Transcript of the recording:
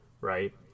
right